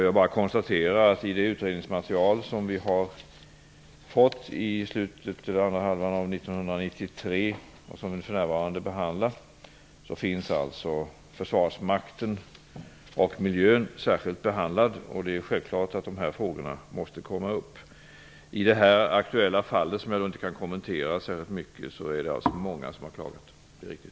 Jag bara konstaterar att försvarsmakten och miljön finns särskilt behandlade i det utredningsmaterial som vi fick under andra hälften av 1993 och som för närvarande behandlas. Det är självklart att dessa frågor måste komma upp. När det gäller det aktuella fallet, som jag alltså inte kan kommentera särskilt mycket, är det många som har klagat. Det är riktigt.